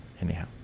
Anyhow